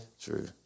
True